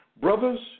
Brothers